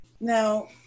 Now